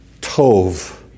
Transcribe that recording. tov